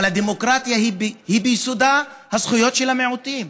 אבל הדמוקרטיה היא ביסודה הזכויות של המיעוטים,